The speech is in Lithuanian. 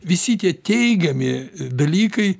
visi tie teigiami dalykai